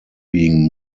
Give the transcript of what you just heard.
being